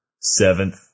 seventh